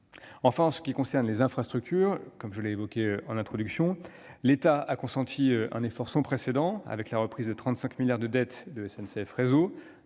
Enfin, en ce qui concerne les infrastructures, comme je l'ai souligné en introduction, l'État a consenti un effort sans précédent avec la reprise de 35 milliards d'euros de dette de SNCF Réseau,